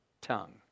tongue